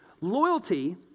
loyalty